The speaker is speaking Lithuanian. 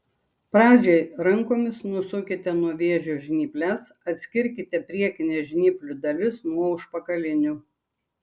pradžiai rankomis nusukite nuo vėžio žnyples atskirkite priekines žnyplių dalis nuo užpakalinių